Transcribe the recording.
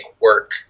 work